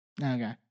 Okay